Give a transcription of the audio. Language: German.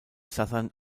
southern